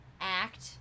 act